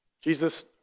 Jesus